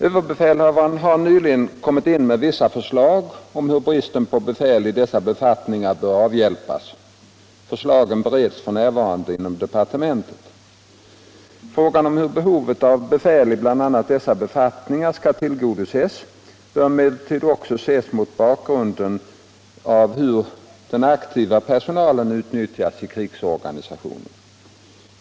Överbefälhavaren har nyligen kommit in med vissa förslag om hur bristen på befäl i dessa befattningar bör avhjälpas. Förslagen bereds f. n. inom departementet. Frågan om hur behovet av befäl i bl.a. dessa befattningar skall tillgodoses bör emellertid också ses mot bakgrund av hur den aktiva personalen utnyttjas i krigsorganisationen.